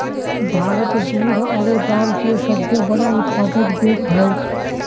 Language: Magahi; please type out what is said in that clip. भारत दूध आरो दाल के सबसे बड़ा उत्पादक देश हइ